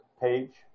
page